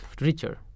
richer